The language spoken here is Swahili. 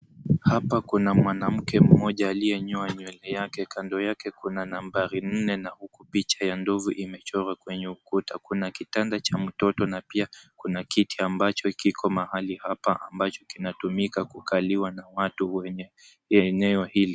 Hapa kuna mwanamke mmoja aliyenyoa nywele yake. Kando yake kuna nambari nne na huku picha ya ndovu imechorwa kwenye ukuta. Kuna kitanda cha mtoto na pia kuna kiti ambacho kiko mahali hapa ambacho kina tumika kukaliwa na watu wenye eneo hili.